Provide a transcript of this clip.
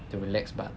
to relax but